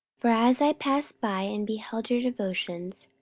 for as i passed by, and beheld your devotions,